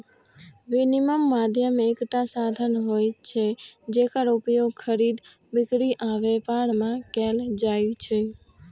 विनिमय माध्यम एकटा साधन होइ छै, जेकर उपयोग खरीद, बिक्री आ व्यापार मे कैल जाइ छै